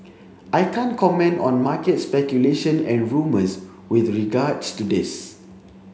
I can't comment on market speculation and rumours with regards to this